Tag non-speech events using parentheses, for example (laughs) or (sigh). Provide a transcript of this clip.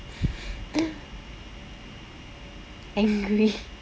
(laughs) angry